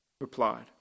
replied